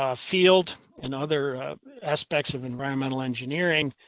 ah field and other aspects of environmental engineering,